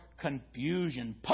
confusion